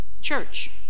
Church